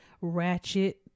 ratchet